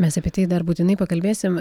mes apie tai dar būtinai pakalbėsim